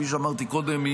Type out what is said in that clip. כפי שאמרתי קודם,